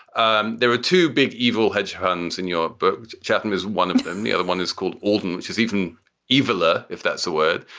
and there are two big evil hedge funds in your book. chapman is one of them. the other one is called aldan, and which is even eviler, if that's the word.